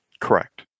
Correct